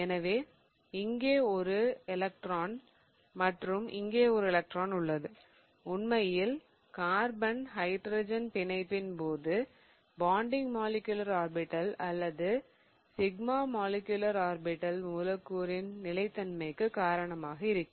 எனவே இங்கே ஒரு எலக்ட்ரான் மற்றும் இங்கே ஒரு எலக்ட்ரான் உள்ளது உண்மையில் கார்பன் ஹைட்ரஜன் பிணைப்பின் போது பாண்டிங் மாலிகுலர் ஆர்பிடல் அல்லது சிக்மா மாலிகுலர் ஆர்பிடல் மூலக்கூறின் நிலைத்தன்மைக்கு காரணமாக இருக்கும்